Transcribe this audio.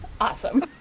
Awesome